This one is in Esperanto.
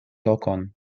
lokon